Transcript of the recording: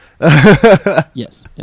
Yes